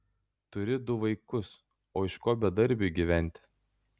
turi du vaikus o iš ko bedarbiui gyventi